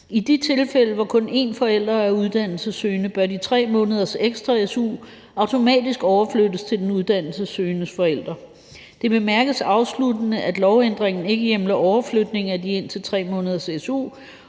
I de tilfælde, hvor kun én forælder er uddannelsessøgende, bør de 3 måneders ekstra su automatisk overflyttes til den uddannelsessøgende forælder. Det bemærkes afsluttende, at lovændringen ikke hjemler overflytning af de indtil 3 måneders su